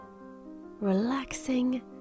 relaxing